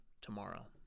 Tomorrow